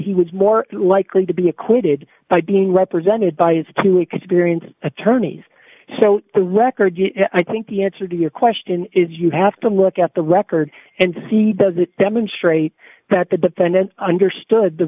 he was more likely to be acquitted by being represented by his to experience attorneys so the record i think the answer to your question is you have to look at the record and see does it demonstrate that the defendant understood the